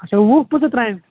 اَچھا وُہ پِنٛژٕہ ترٛامہِ